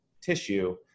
tissue